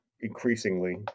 increasingly